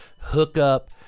hookup